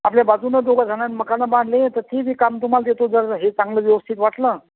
आपल्या बाजूनं दोघं जणानं मकान बांधले तर ते बी काम तुम्हाला देतो जर हे चांगलं व्यवस्थित वाटलं